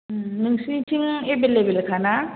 नोंसोरनिथिं एभैलेबोलखा ना